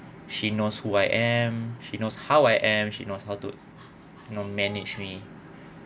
she knows who I am she knows how I am she knows how to you know manage me